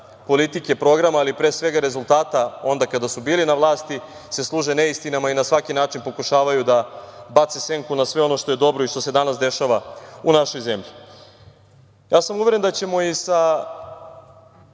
politike, programa, ali pre svega rezultata onda kada su bili na vlasti, služe neistinama i na svaki način pokušavaju da bace senku na sve ono što je dobro i što se danas dešava u našoj zemlji. Uveren sam da ćemo i sa